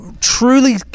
truly